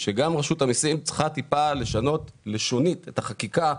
שגם רשות המיסים צריכה טיפה לשנות לשונית את החקיקה,